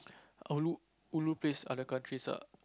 ulu ulu place are the countries ah